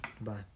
Bye